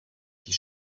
die